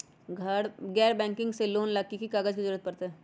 गैर बैंकिंग से लोन ला की की कागज के जरूरत पड़तै?